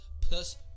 plus